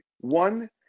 One